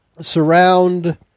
surround